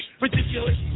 Ridiculous